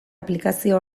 aplikazio